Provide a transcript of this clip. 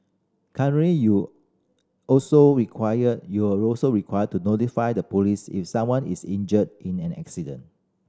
currently you also required you're also required to notify the police if someone is injured in an accident